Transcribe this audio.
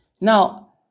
Now